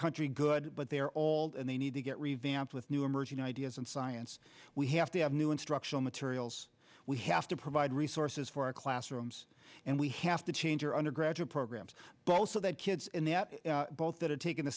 country good but they're old and they need to get revamped with new emerging new ideas and science we have to have new instructional materials we have to provide resources for our classrooms and we have to change your undergraduate programs but also that kids in the boat that are taking the